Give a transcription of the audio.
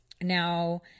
Now